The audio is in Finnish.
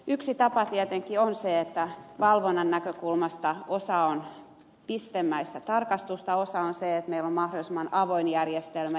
yksi tapa tietenkin on se että valvonnan näkökulmasta osa on pistemäistä tarkastusta osa on se että meillä on mahdollisimman avoin järjestelmä